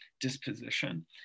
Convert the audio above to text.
disposition